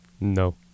No